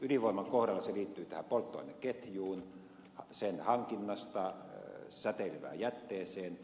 ydinvoiman kohdalla se liittyy tähän polttoaineketjuun sen hankinnasta säteilevään jätteeseen